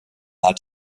hat